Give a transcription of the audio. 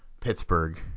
Pittsburgh